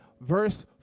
verse